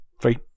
Three